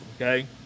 okay